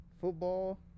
Football